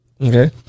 Okay